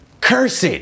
cursed